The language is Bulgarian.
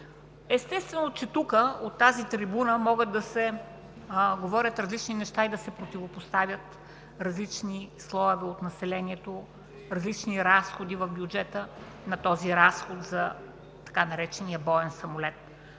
Естествено, че тук, от тази трибуна могат да се говорят различни неща и да се противопоставят различни слоеве от населението, различни разходи в бюджета на този разход за така наречения боен самолет.